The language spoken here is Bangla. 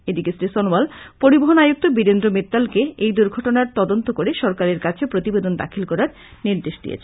এদিকে শ্রী সনোয়াল পরিবহন আয়ুক্ত বিরেন্দ্র মিত্তালকে এই দূর্ঘটনার তদন্ত করে সরকারের কাছে প্রতিবেদন দাখিল করার নির্দেশ দিয়েছেন